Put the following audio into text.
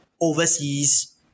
overseas